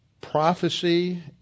Prophecy